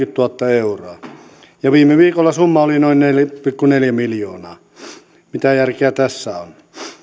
euroa ja viime viikolla summa oli neljä pilkku viisi miljoonaa mitä järkeä tässä on